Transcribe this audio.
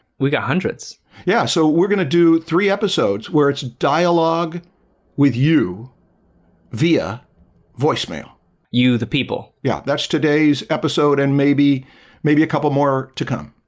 we got hundreds yeah, so we're gonna do three episodes where it's dialogue with you via voice mail you the people. yeah, that's today's episode and maybe maybe a couple more to come.